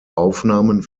aufnahmen